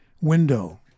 window